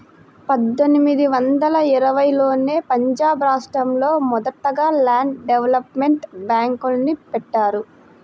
పందొమ్మిది వందల ఇరవైలోనే పంజాబ్ రాష్టంలో మొదటగా ల్యాండ్ డెవలప్మెంట్ బ్యేంక్ని బెట్టారు